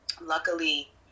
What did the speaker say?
luckily